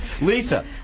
Lisa